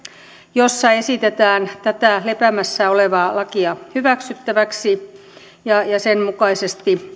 jossa esitetään tätä lepäämässä olevaa lakia hyväksyttäväksi ja sen mukaisesti